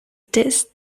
this